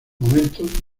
momento